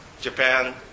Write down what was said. Japan